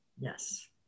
Yes